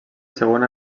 segon